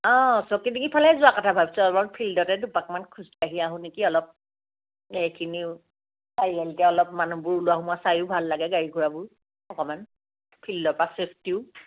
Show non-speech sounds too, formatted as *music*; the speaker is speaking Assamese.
অ' ছকিডিঙ্গি ফালেই যোৱা কথা ভাবিছোঁ ফিল্ডতে দুপাকমান খোজ কাঢ়ি আহোঁ নেকি অলপ এখিনিও চাৰিআলিতে অলপ মানুহবোৰ ওলোৱা সোমোৱা চায়ো ভাল লাগে গাড়ী ঘোঁৰাবোৰ অকণমান ফিল্ড' পা *unintelligible*